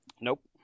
Nope